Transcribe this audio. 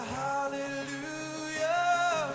hallelujah